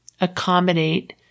accommodate